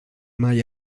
mai